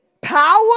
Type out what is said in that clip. Power